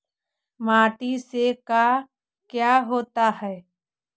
माटी से का क्या होता है?